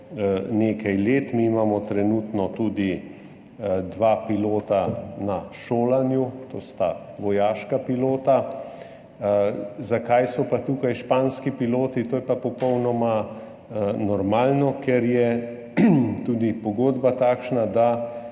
enota. Mi imamo trenutno tudi dva pilota na šolanju. To sta vojaška pilota. Zakaj so pa tukaj španski piloti? To je pa popolnoma normalno, ker je tudi pogodba takšna, da